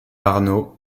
arnaud